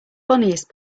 funniest